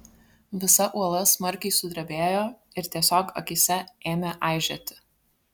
visa uola smarkiai sudrebėjo ir tiesiog akyse ėmė aižėti